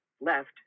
left